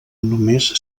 només